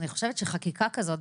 אני חושבת שחקיקה כזאת,